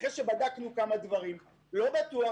לא בטוח.